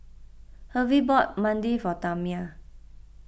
Hervey bought Banh Mi for Tamia